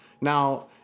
Now